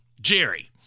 Jerry